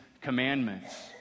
commandments